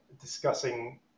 discussing